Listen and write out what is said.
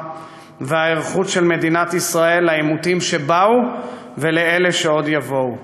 ובהיערכות של מדינת ישראל לעימותים שבאו ולאלה שעוד יבואו.